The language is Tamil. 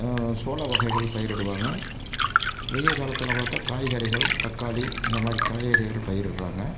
சோள வகைகள் பயிரிடுவாங்க வெய்ல் காலத்தில் பார்த்தா காய்கறிகள் தக்காளி இந்த மாதிரி காய்கறிகள் பயிரிடுறாங்க